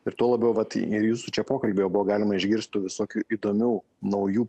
ir tuo labiau vat ir jūsų čia pokalbyje buvo galima išgirstu visokių įdomių naujų